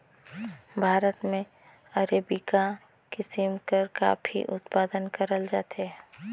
भारत में अरेबिका किसिम कर काफी उत्पादन करल जाथे